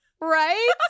Right